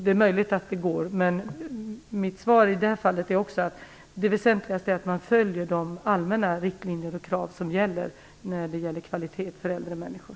Det är möjligt att det går, men det väsentligaste är att man följer de allmänna riktlinjerna och kraven när det gäller kvalitet för äldre människor.